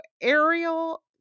Ariel